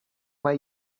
where